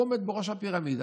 הוא עומד בראש הפירמידה,